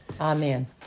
Amen